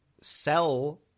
sell